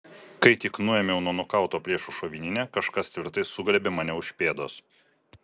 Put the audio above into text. kai tik nuėmiau nuo nukauto priešo šovininę kažkas tvirtai sugriebė mane už pėdos